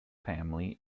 family